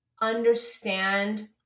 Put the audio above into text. understand